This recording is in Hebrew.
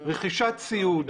רכישת ציוד,